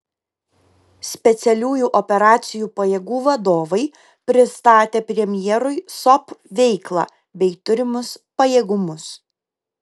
specialiųjų operacijų pajėgų vadovai pristatė premjerui sop veiklą bei turimus pajėgumus